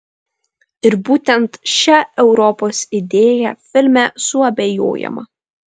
ir būtent šia europos idėja filme suabejojama